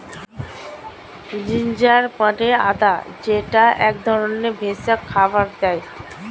ginger মানে আদা যেইটা এক ধরনের ভেষজ খাবারে দেয়